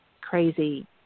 crazy